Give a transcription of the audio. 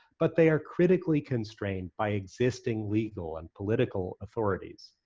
but they are critically constrained by existing legal and political authorities.